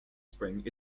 spring